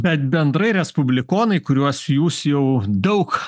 bet bendrai respublikonai kuriuos jūs jau daug